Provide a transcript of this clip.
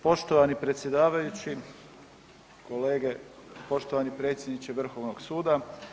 Poštovani predsjedavajući, kolege, poštovani predsjedniče Vrhovnog suda.